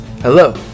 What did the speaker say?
Hello